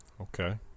Okay